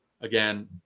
again